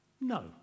No